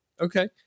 okay